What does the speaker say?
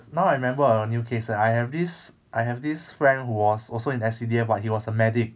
now I remember I got a new case ah I have this I have this friend who was also in S_C_D_F but he was a medic